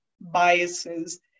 biases